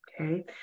Okay